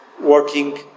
working